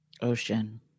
Ocean